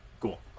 Cool